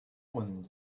one